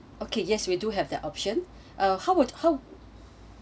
okay yes we do have their option uh how would how